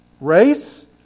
race